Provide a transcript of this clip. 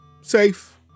Safe